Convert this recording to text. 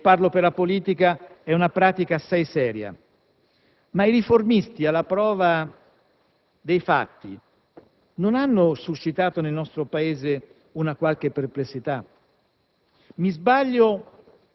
Il riformismo (e parlo per la politica) è una pratica assai seria. Ma i riformisti, alla prova dei fatti, non hanno suscitato nel nostro Paese una qualche perplessità?